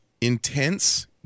intense